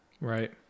Right